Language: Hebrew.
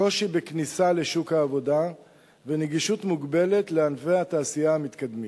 קושי בכניסה לשוק העבודה ונגישות מוגבלת לענפי התעשייה המתקדמים,